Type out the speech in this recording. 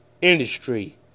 Industry